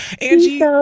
Angie